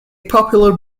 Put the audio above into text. popular